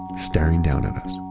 staring down at us.